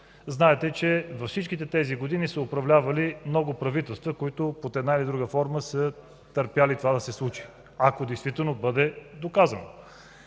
знаете, че във всичките тези години са управлявали много правителства, които, под една или друга форма, са търпели това да се случи, ако действително бъде доказано.